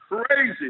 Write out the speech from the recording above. crazy